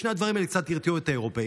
שני הדברים האלה קצת הרתיעו את האירופים.